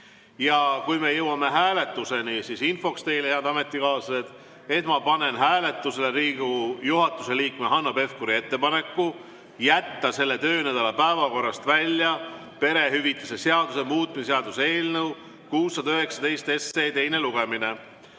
Kui me jõuame hääletuseni – infoks teile, head ametikaaslased –, siis ma panen hääletusele Riigikogu juhatuse liikme Hanno Pevkuri ettepaneku jätta selle töönädala päevakorrast välja perehüvitiste seaduse muutmise seaduse eelnõu 619 teine lugemine.